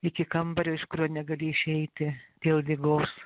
iki kambario iš kurio negali išeiti dėl ligos